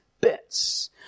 bits